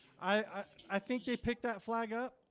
i i think you picked that flag up.